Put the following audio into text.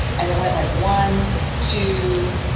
and it went like one, two,